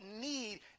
need